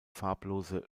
farblose